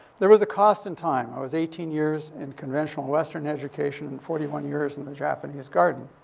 there was a cost in time. i was eighteen years in conventional western education and forty one years in in the japanese garden.